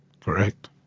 Correct